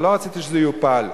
אבל לא רציתי שזה יופל.